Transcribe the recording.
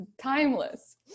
Timeless